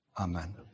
Amen